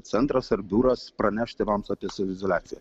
centras ar biuras praneš tėvams apie saviizoliaciją